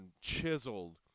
chiseled